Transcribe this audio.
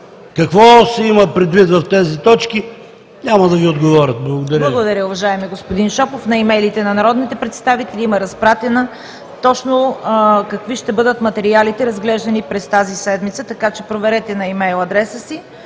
какво се има предвид в тези точки, няма да ми отговорят. Благодаря Ви. ПРЕДСЕДАТЕЛ ЦВЕТА КАРАЯНЧЕВА: Благодаря, уважаеми господин Шопов. На имейлите на народните представители има разпратено точно какви ще бъдат материалите, разглеждани през тази седмица, така че проверете на имейл адреса си.